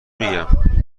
میگم